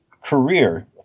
career